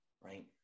right